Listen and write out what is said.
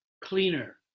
cleaner